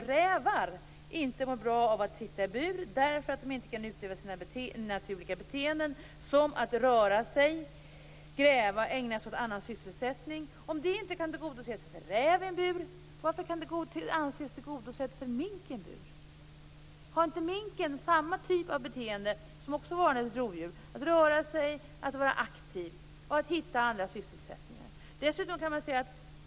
Rävar mår inte bra av att sitta i bur därför att de inte kan utöva sina naturliga beteenden såsom att röra sig, gräva eller ägna sig åt annan sysselsättning. Om rävens behov inte kan tillgodoses i en bur, varför kan behoven hos en mink i en bur anses tillgodosedda? Har inte minken samma typ av beteende, att röra sig, att vara aktiv och att hitta andra sysselsättningar?